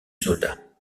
soldats